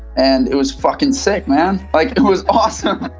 and it was fucking sick, man. like it was awesome.